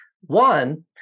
One